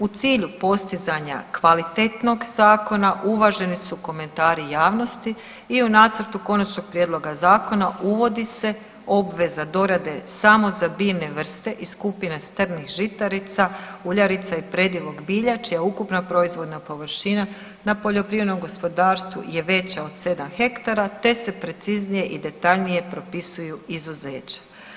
U cilju postizanja kvalitetnog zakona uvaženi su komentari javnosti i u nacrtu konačnog prijedloga zakona uvodi se obveza dorade samo za biljne vrste iz skupine strnih žitarica, uljarica i predivog bilja čija ukupna proizvodna površina na poljoprivrednom gospodarstvu je veća od 7 hektara, te se preciznije i detaljnije propisuju izuzeća.